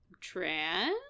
trans